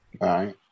Right